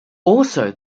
also